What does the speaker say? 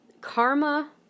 Karma